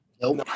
Nope